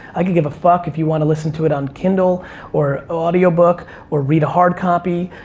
i could give a fuck if you wanna listen to it on kindle or audiobook or read a hard copy.